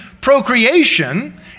procreation